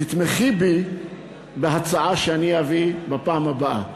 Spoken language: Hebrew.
תתמכי בי בהצעה שאני אביא בפעם הבאה.